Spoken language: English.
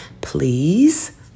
please